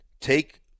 take